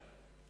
תודה.